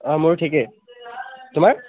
অঁ মোৰ ঠিকে তোমাৰ